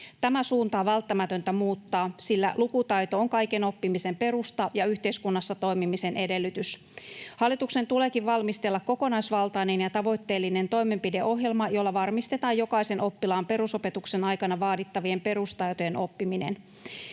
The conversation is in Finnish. Tämä suunta on välttämätöntä muuttaa, sillä lukutaito on kaiken oppimisen perusta ja yhteiskunnassa toimimisen edellytys. Hallituksen tuleekin valmistella kokonaisvaltainen ja tavoitteellinen toimenpideohjelma, jolla varmistetaan jokaisen oppilaan perusopetuksen aikana vaadittavien perustaitojen oppiminen.